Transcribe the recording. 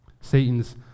Satan's